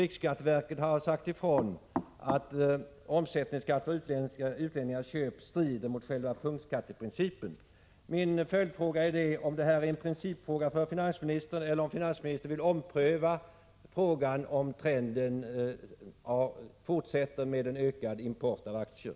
Riksskatteverket har sagt ifrån att omsättningsskatt vid utlänningars köp strider mot själva punktskatteprincipen. Min följdfråga är: Är detta en principfråga för finansministern, eller vill finansministern ompröva frågan om en ökad import av aktier?